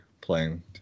playing